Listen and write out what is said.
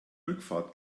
rückfahrt